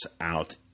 out